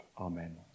amen